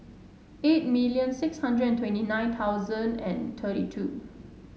eight million six hundred and twenty nine thousand and thirty two